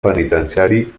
penitenciari